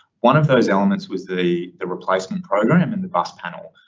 one of those elements was the the replacement program and the bus panel.